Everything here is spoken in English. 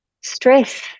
stress